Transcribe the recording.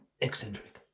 eccentric